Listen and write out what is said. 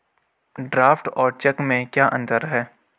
Draft और cheque में क्या अंतर है?